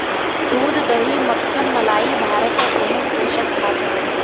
दूध दही मक्खन मलाई भारत क प्रमुख पोषक खाद्य हौ